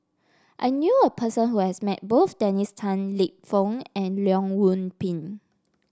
I knew a person who has met both Dennis Tan Lip Fong and Leong Yoon Pin